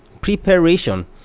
Preparation